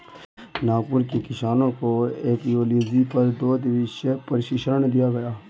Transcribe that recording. नागपुर के किसानों को एपियोलॉजी पर दो दिवसीय प्रशिक्षण दिया गया